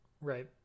right